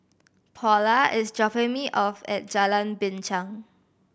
Paula is dropping me off at Jalan Binchang